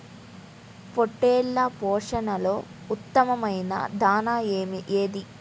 పొట్టెళ్ల పోషణలో ఉత్తమమైన దాణా ఏది?